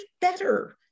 better